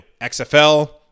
XFL